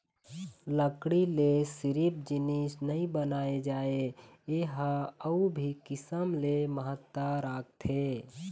लकड़ी ले सिरिफ जिनिस नइ बनाए जाए ए ह अउ भी किसम ले महत्ता राखथे